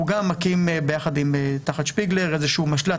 הוא גם מקים תחת שפיגלר איזשהו משל"ט